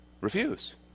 refuse